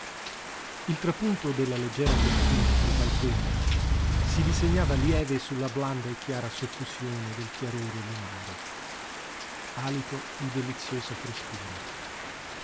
preghiera il trapunto della leggera cortina del balcone si disegnava lieve sulla blanda e chiara suffusione del chiarore lunare alito di deliziosa frescura